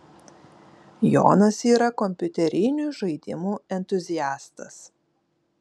jonas yra kompiuterinių žaidimų entuziastas